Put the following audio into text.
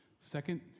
Second